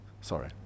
Sorry